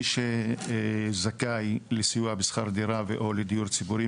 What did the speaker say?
מי שזכאי לסיוע בשכר דירה ו-או לדיור ציבורי,